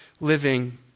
living